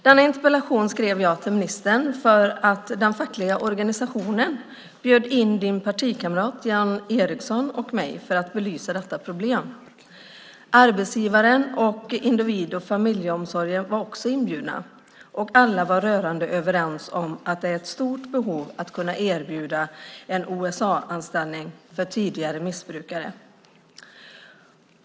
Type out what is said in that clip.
Denna interpellation skrev jag till ministern för att den fackliga organisationen bjöd in din partikamrat Jan Ericson och mig för att belysa detta problem. Arbetsgivare och individ och familjeomsorgen var också inbjudna. Alla vara rörande överens om att det finns ett stort behov av att kunna erbjuda en OSA-anställning för tidigare missbrukare.